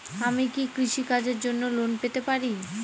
আমি কি কৃষি কাজের জন্য লোন পেতে পারি?